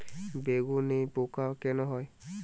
বেগুনে পোকা কেন হয়?